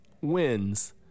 wins